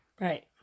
Right